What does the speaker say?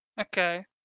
Okay